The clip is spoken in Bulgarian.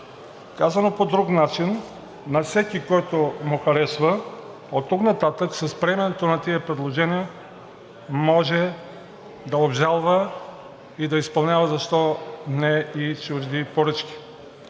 Казано по друг начин, всеки, на който му харесва, оттук нататък с приемането на тези предложения може да обжалва и да изпълнява – защо не, и чужди поръчки.